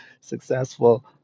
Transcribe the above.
successful